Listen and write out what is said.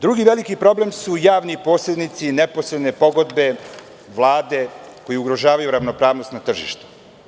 Drugi veliki problem su javni posrednici, neposredne pogodbe, vlade koje ugrožavaju ravnopravnost na tržištu.